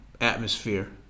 Atmosphere